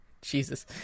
Jesus